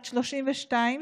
בת 32,